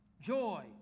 Joy